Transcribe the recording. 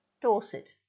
Dorset